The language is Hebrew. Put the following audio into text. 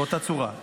באותה צורה.